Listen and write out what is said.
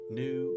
new